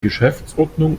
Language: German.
geschäftsordnung